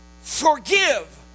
forgive